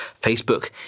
Facebook